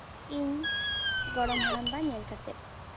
ᱤᱧ ᱜᱚᱲᱚᱢ ᱦᱟᱲᱟᱢᱵᱟ ᱧᱮᱞ ᱠᱟᱛᱮ